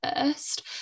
first